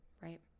right